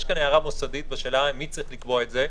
יש כאן הערה מוסדית, בשאלה מי צריך לקבוע את זה.